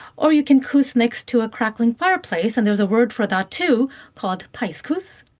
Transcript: or you can kos next to a crackling fireplace, and there's a word for that too called peiskos.